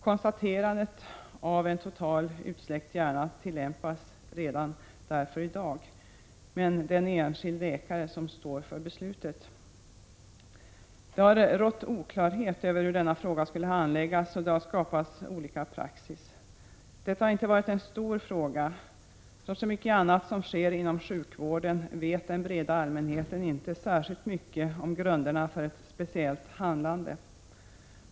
Konstaterandet av en totalt utsläckt hjärna tillämpas därför redan i dag, men det är en enskild läkare som står för beslutet. Det har rått oklarhet om hur denna fråga skulle handläggas, och det har skapats olika praxis. Detta har inte varit en stor fråga. Som så mycket annat som sker inom sjukvården vet den breda allmänheten inte särskilt mycket om grunderna för ett speciellt handlande.